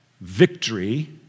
victory